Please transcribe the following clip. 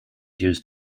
used